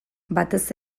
batez